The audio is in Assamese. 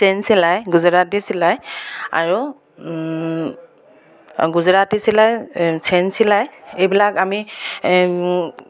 চেন চিলাই গুজৰাটী চিলাই আৰু গুজৰাটী চিলাই চেন চিলাই এইবিলাক আমি